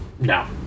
No